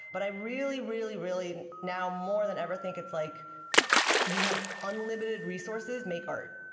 but i really, really, really now more than ever think it's like you have unlimited resources, make art.